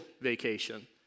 vacation